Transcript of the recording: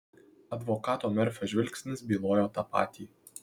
advokato merfio žvilgsnis bylojo tą patį